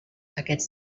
aquests